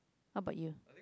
how about you